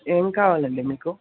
ఏం కావాలండి మీకు